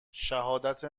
شهادت